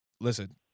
listen